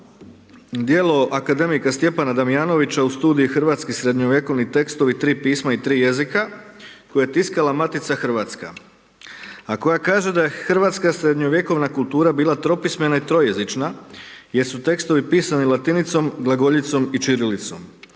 djelo akademika Stjepana Damjanovića u studiji Hrvatski srednjovjekovni tekstovi, tri pisma i tri jezika, koje je tiskala Matica Hrvatska, a koja kaže da je Hrvatska srednjovjekovna kultura bila tropismena i trojezična jer su tekstovi pisani latinicom, glagoljicom i čirilicom.